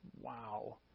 wow